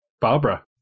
Barbara